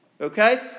Okay